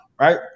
right